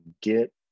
get